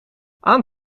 aan